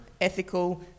Ethical